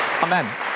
amen